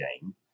game